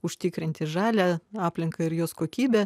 užtikrinti žalią aplinką ir jos kokybę